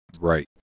Right